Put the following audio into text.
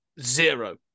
zero